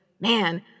man